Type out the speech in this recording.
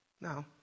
No